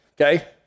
okay